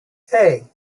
hey